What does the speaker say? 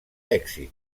èxit